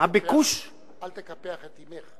אל תקפח את אמך.